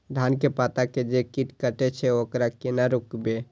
धान के पत्ता के जे कीट कटे छे वकरा केना रोकबे?